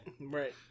Right